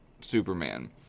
Superman